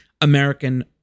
American